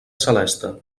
celeste